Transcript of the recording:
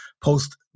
post